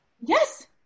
Yes